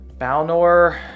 Balnor